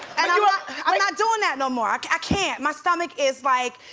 and i'm not doing that no more, i can't. my stomach is like,